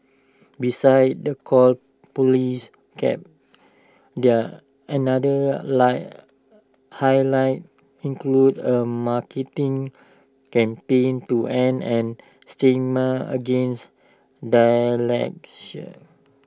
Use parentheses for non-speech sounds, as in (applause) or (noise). besides the call Police gap their another light highlights included A marketing campaign to end an stigma against (unintelligible)